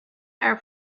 are